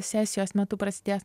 sesijos metu prasidės